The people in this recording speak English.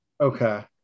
Okay